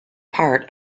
part